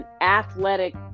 athletic